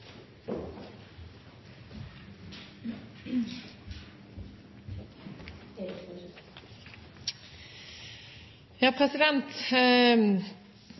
ja